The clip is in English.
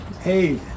Hey